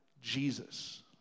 Jesus